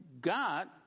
God